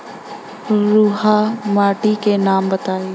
रहुआ माटी के नाम बताई?